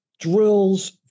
drills